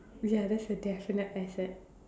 ya that's a definite asset